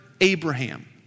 Abraham